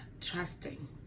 trusting